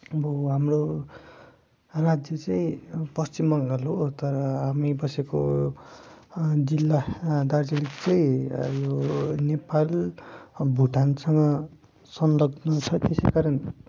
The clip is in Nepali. अब हाम्रो राज्य चै पश्चिम बङ्गाल हो तर हामी बसेको जिल्ला दार्जिलिङ चाहिँ यो नेपाल भुटानसँग संलग्न छ त्यसै कारण